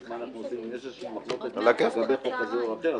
יש איזושהי מחלוקת לגבי חוק כזה או אחר.